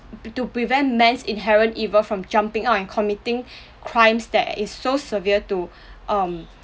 to prevent men's inherent evil from jumping out and committing crimes that is so severe to um